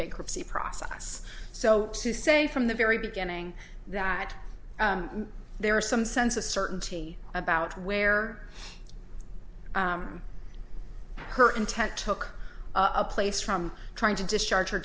bankruptcy process so to say from the very beginning that there are some sense of certainty about where her intent talk a place from trying to discharge her